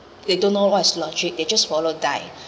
they don't know what's logic they just follow die